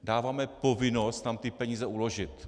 Dáváme povinnost tam ty peníze uložit.